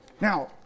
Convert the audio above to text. Now